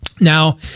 now